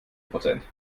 prozent